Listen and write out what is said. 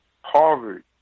Harvard